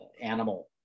Animal